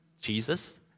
Jesus